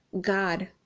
God